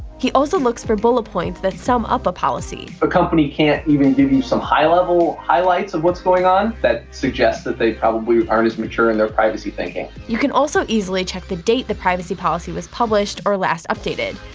he also looks for bullet points that sum up a policy. if a company can't even give you some high level highlights of what's going on, that suggests that they probably aren't as mature in their privacy thinking. you can also easily check the date the privacy policy was published or last updated.